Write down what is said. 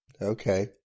okay